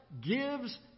gives